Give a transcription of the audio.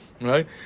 Right